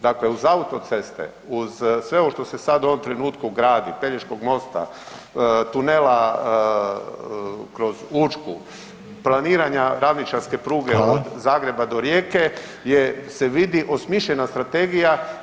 Dakle, uz autoceste uz sve ovo što se u ovom trenutku gradi, Pelješkog mosta, tunela kroz Učku, planiranja ravničarske pruge od [[Upadica: Hvala.]] Zagreba do Rijeke se vidi osmišljena strategija